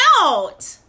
out